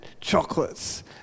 chocolates